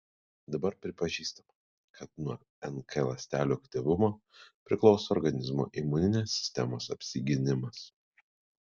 dabar pripažįstama kad nuo nk ląstelių aktyvumo priklauso organizmo imuninės sistemos apsigynimas